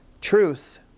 truth